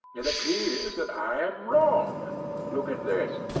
it appears that i am wrong look at this!